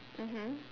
mmhmm